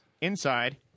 Inside